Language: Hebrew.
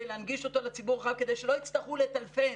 להנגיש אותם לציבור הרחב כדי שלא יצטרכו לטלפן,